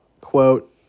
quote